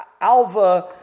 Alva